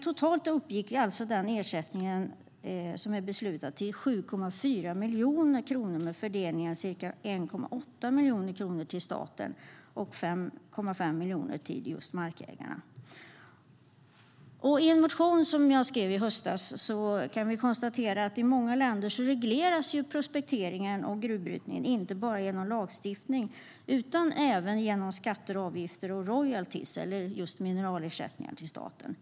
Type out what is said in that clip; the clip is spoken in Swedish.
Totalt uppgick den ersättning som är beslutad till 7,4 miljoner kronor med fördelningen ca 1,8 miljoner kronor till staten och 5,5 miljoner kronor till markägarna. I en motion som jag skrev i höstas konstaterar jag att prospekteringen och gruvbrytningen i många länder regleras inte bara genom lagstiftning utan även genom skatter och avgifter och royalties, eller just mineralersättningar till staten.